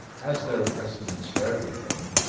as there are precedents for everything,